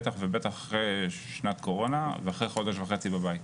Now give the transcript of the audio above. בטח ובטח אחרי שנת קורונה ואחרי חודש וחצי בבית.